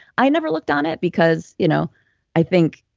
i never looked on it because you know i think.